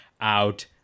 out